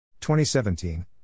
2017